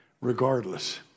regardless